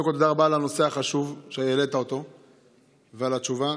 קודם כול תודה רבה על הנושא החשוב שהעלית ועל התשובה.